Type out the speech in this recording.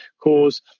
cause